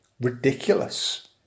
ridiculous